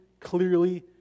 clearly